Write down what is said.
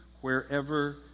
wherever